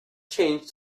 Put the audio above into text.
changed